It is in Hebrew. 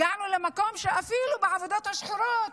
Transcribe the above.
הגענו למקום שאפילו בעבודות השחורות,